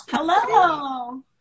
Hello